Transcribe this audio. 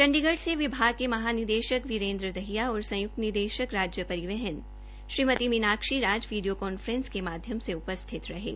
चंडीगढ़ से विभाग के महानिदेशक श्री वीरेंद्र दहिया और संयुक्त निदेशक राज्य परिवहन श्रीमती मीनाक्षी राज वीडियो कान्फ्रेंस के माध्यम से जुड़े